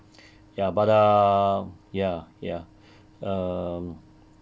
ya but err ya ya um